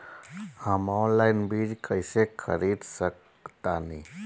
हम ऑनलाइन बीज कईसे खरीद सकतानी?